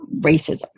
racism